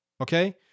Okay